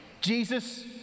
Jesus